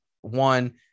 one